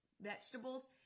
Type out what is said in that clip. vegetables